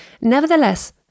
Nevertheless